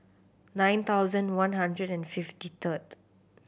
nine thousand one hundred and fifty third